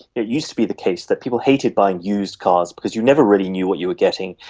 it used to be the case that people hated buying used cars because you never really knew what you were getting,